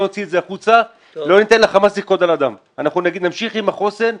לא נוציא את זה החוצה ולא ניתן לחמאס לרקוד על הדם אלא נמשיך עם החוסן.